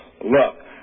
look